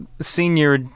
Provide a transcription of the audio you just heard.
senior